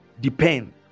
depend